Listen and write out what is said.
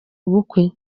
ubukwe